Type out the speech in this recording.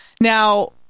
Now